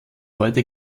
heute